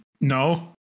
no